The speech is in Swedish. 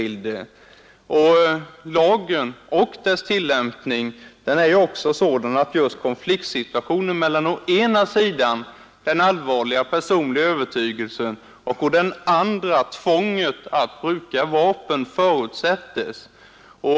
Lagen, och dess tillämpning, är sådan att just konfliktsituationen mellan å ena sidan den allvarliga personliga övertygelsen och å andra sidan tvånget att bruka vapen förutsättes.